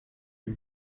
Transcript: lui